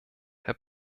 herr